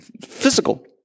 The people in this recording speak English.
physical